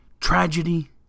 tragedy